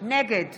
נגד